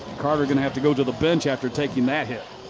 carter going to have to go to the bench after taking that hit.